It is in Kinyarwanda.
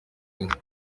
inka